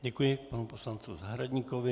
Děkuji panu poslanci Zahradníkovi.